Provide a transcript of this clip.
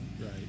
Right